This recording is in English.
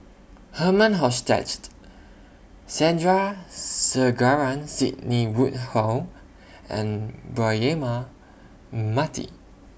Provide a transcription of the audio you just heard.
Herman Hochstadt Sandrasegaran Sidney Woodhull and Braema Mati